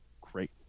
great